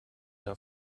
der